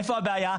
איפה הבעיה?